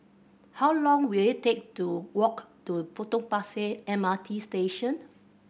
how long will it take to walk to Potong Pasir M R T Station